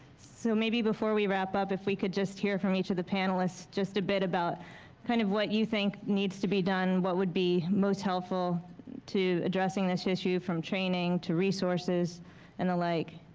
so maybe before we wrap up, if we could just hear from each of the panelists just a bit about kind of what you think needs to be done, what would be most helpful to addressing this issue from chaining to resources and the like?